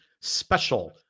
special